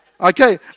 Okay